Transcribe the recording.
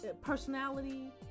personality